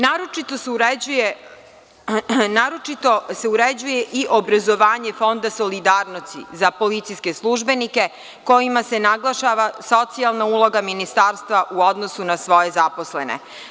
Naročito se uređuje i obrazovanje Fonda solidarnosti za policijske službenike, kojima se naglašava socijalna uloga ministarstva u odnosu na svoje zaposlene.